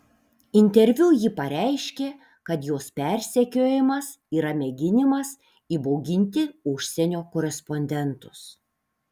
interviu ji pareiškė kad jos persekiojimas yra mėginimas įbauginti užsienio korespondentus